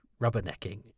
rubbernecking